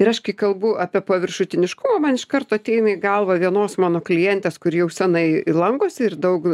ir aš kai kalbu apie paviršutiniškumą man iš karto ateina į galvą vienos mano klientės kuri jau senai lankosi ir daug